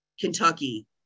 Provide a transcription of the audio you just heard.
Kentucky